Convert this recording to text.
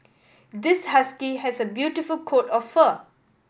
this husky has a beautiful coat of fur